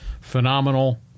phenomenal